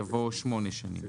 יבוא 'שמונה שנים'.